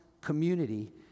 community